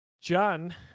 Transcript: john